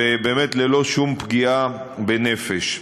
וללא שום פגיעה בנפש.